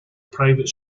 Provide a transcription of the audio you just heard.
private